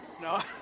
no